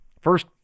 First